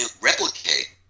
replicate